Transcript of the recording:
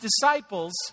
disciples